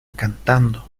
cantando